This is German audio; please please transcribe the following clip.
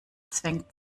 zwängt